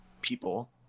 people